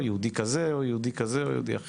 יהודי כזה או יהודי אחר.